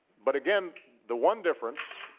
but again, the one difference,